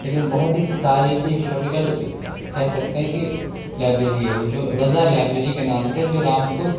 لیکن بہت ہی تاریخی ہسٹوریکل کہہ سکتے ہیں کہ لائبریری ہے وہ جو رضا لائبریری کے نام سے جو رامپور